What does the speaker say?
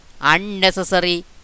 unnecessary